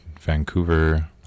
Vancouver